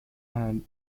and